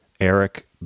Eric